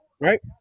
right